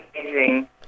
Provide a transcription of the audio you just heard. amazing